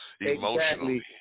emotionally